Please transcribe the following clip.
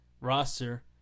roster